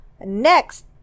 Next